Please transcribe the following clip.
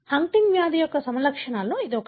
Huntington వ్యాధి యొక్క సమలక్షణాలలో ఇది ఒకటి